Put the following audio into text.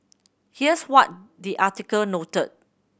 here's what the article noted